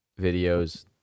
videos